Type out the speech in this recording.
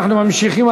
אנחנו ממשיכים,